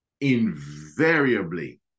invariably